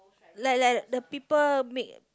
like like the people make